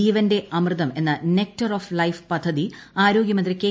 ജീവന്റെ അമൃതം എന്ന നെക്ടർ ഓഫ് ലൈഫ് പദ്ധതി ആരോഗ്യമന്ത്രി കെ